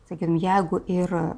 sakykim jeigu ir